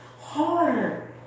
harder